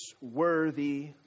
worthy